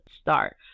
start